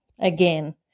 Again